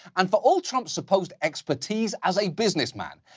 and for all trump's supposed expertise as a businessman,